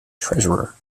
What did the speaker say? treasurer